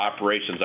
operations